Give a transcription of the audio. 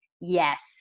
yes